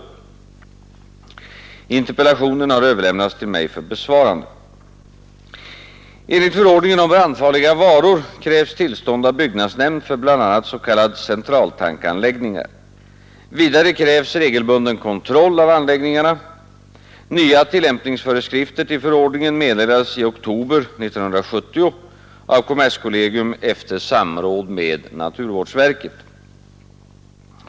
Interpellationen har överlämnats till mig för besvarande. Enligt förordningen om brandfarliga varor krävs tillstånd av byggnadsnämnd för bl.a. s.k. centraltankanläggningar. Vidare krävs regelbunden kontroll av anläggningarna. Nya tillämpningsföreskrifter till förordningen meddelades i oktober 1970 av kommerskollegium efter samråd med naturvårdsverket.